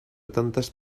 tantes